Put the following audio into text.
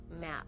map